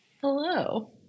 Hello